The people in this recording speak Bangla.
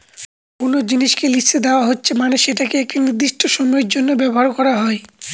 কোনো জিনিসকে লিসে দেওয়া হচ্ছে মানে সেটাকে একটি নির্দিষ্ট সময়ের জন্য ব্যবহার করা